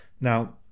Now